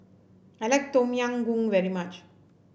I like Tom Yam Goong very much